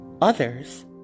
others